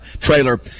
trailer